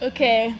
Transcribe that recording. Okay